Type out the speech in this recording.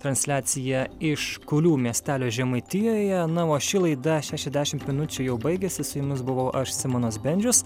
transliaciją iš kulių miestelio žemaitijoje na o ši laida šešiasdešimt minučių jau baigiasi su jumis buvau aš simonas bendžius